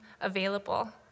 available